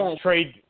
trade